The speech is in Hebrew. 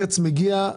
מרץ מגיע,